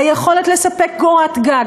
היכולת לספק קורת גג,